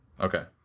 Okay